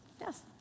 yes